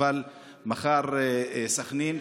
אבל מחר סח'נין,